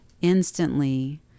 instantly